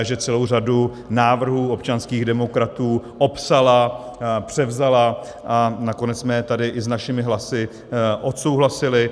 Že celou řadu návrhů občanských demokratů opsala, převzala a nakonec jsme je tady i s našimi hlasy odsouhlasili.